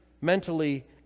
mentally